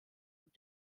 und